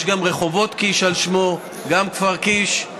יש גם רחובות קיש, על שמו, גם כפר קיש.